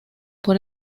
por